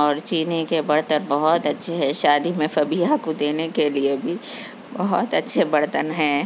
اور چینی کے برتن بہت اچھے ہے شادی میں فبیہا کو دینے کے لیے بھی بہت اچھے برتن ہیں